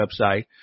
website